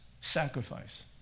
sacrifice